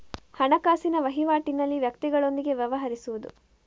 ಹಣಕಾಸಿನ ವಹಿವಾಟಿನಲ್ಲಿ ವ್ಯಕ್ತಿಗಳೊಂದಿಗೆ ವ್ಯವಹರಿಸುವುದು